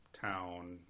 town